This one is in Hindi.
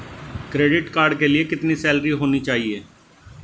क्रेडिट कार्ड के लिए कितनी सैलरी होनी चाहिए?